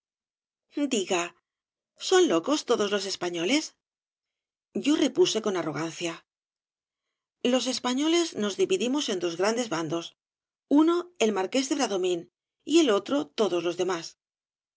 diga son locos todos los españoles yo repuse con arrogancia los españoles nos dividimos en dos grandes bandos uno el marqués de bradomín y el otro todos los demás